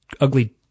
ugly